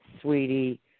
sweetie